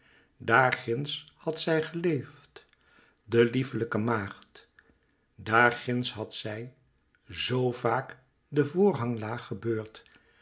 ginds had zij geleefd de lieflijke maagd daar ginds had zij zoo vaak den voorhang laag gebeurd